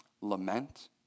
Lament